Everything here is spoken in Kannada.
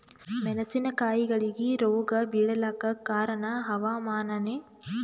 ಮೆಣಸಿನ ಕಾಯಿಗಳಿಗಿ ರೋಗ ಬಿಳಲಾಕ ಕಾರಣ ಹವಾಮಾನನೇ?